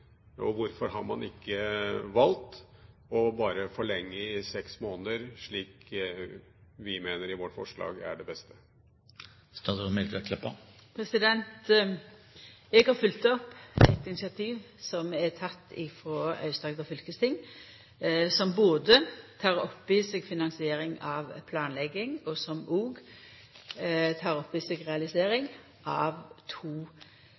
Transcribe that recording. Hvorfor har man ikke valgt bare å forlenge nedbetalingstiden med seks måneder, slik vi mener i vårt forslag er det beste? Eg har følgt opp eit initiativ som er teke frå Aust-Agder fylkesting, som både tek opp i seg finansiering av planlegging, og som tek opp i seg realisering av to